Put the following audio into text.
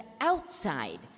outside